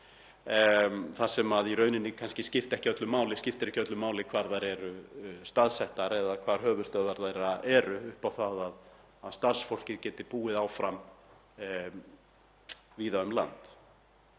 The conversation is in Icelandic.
það skiptir í raun kannsi ekki öllu máli hvar þær eru staðsettar eða hvar höfuðstöðvar þeirra eru upp á það að starfsfólkið geti búið áfram víða um land.